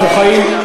אנחנו חיים,